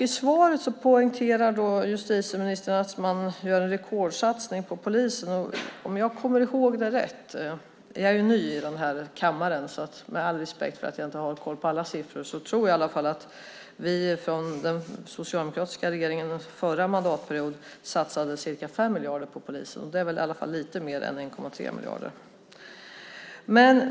I svaret poängterar justitieministern att man gör en rekordsatsning på polisen. Om jag kommer ihåg rätt - jag är ny i kammaren, så jag kanske inte har koll på alla siffror - tror jag att vi från den socialdemokratiska regeringen under förra mandatperioden satsade ca 5 miljarder på Polisen. Det är väl lite mer än 1,3 miljarder.